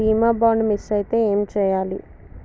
బీమా bond miss అయితే ఏం చేయాలి?